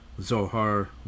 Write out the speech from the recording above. Zohar